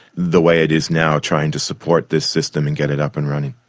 the way it is now trying to support this system and get it up and running.